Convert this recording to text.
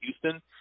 Houston